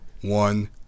One